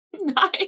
nice